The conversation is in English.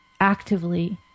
actively